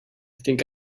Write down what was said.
think